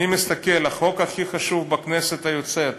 אני מסתכל על החוק הכי חשוב בכנסת היוצאת.